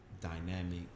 dynamic